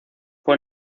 fue